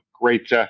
great